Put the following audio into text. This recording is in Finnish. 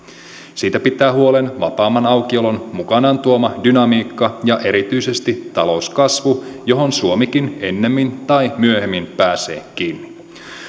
siitä pitää huolen vapaamman aukiolon mukanaan tuoma dynamiikka ja erityisesti talouskasvu johon suomikin ennemmin tai myöhemmin pääsee kiinni